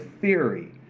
theory